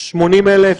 80,000?